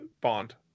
bond